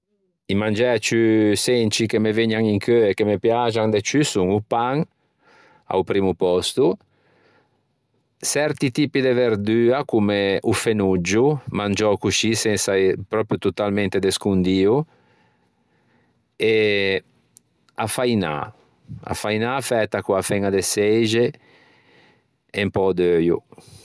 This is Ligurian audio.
i mangiæ senci che me vëgnan i cheu e che me piaxian de ciù son o pan, a-o primmo pòsto, çerti tipi de verdua comme o fenoggio mangiou coscì sensa e pròpio totalmente descondio e a fainâ, fæta co-a fenn.-a de çeixe e un pö d'euio.